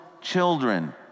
children